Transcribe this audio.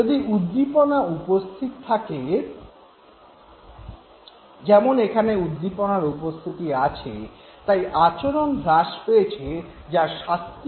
যদি উদ্দীপনা উপস্থিত থাকে যেমন এখানে উদ্দীপনার উপস্থিতি আছে তাই আচরণ হ্রাস পেয়েছে যা শাস্তির পথ প্রশস্ত করেছে